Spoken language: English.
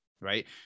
Right